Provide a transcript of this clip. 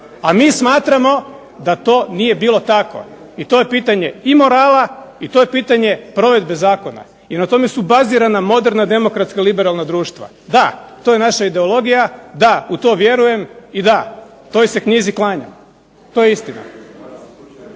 A mi smatramo da to nije bilo tako. I to je pitanje i morala, i to je pitanje provedbe zakona, i na tome su bazirana moderna demokratska liberalna društva. Da, to je naša ideologija, da u to vjerujem, i da toj se knjizi klanjam. To je istina.